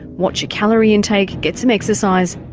watch your calorie intake, get some exercise,